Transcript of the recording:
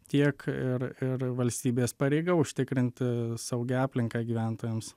tiek ir ir valstybės pareiga užtikrinti saugią aplinką gyventojams